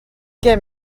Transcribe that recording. què